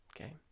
okay